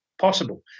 possible